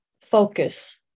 focus